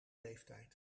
leeftijd